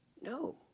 No